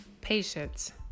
Patience